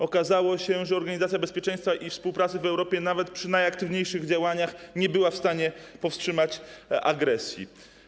Okazało się, że Organizacja Bezpieczeństwa i Współpracy w Europie, nawet aktywnie podejmując działania, nie była w stanie powstrzymać agresji.